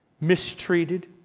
mistreated